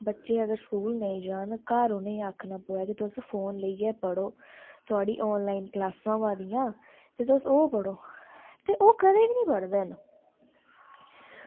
बच्चे अगर स्कूल नेईं जान ते अगर फोन देइयै उनेंगी आक्खना पवै की पढ़ो कि थुआढ़ी ऑनलाइन क्लॉसां होआ दियां ते तुस ओह् पढ़ो ते ओह् कदें बी निं पढ़दे न